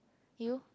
you